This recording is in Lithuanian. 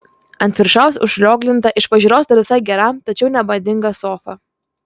ant viršaus užrioglinta iš pažiūros dar visai gera tačiau nemadinga sofa